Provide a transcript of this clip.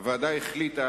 הוועדה החליטה,